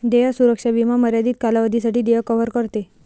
देय सुरक्षा विमा मर्यादित कालावधीसाठी देय कव्हर करते